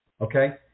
okay